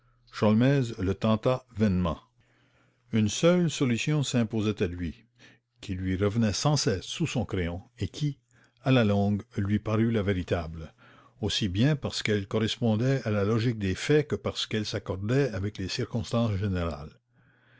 le tenta vainement une seule solution s'imposait à lui qui revenait sans cesse sous son crayon et qui à la longue lui parut la véritable aussi bien parce qu'elle correspondait à la logique des faits que parce qu'elle s'accordait avec les circonstances générales